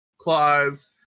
claws